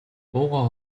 дуугаа